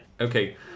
Okay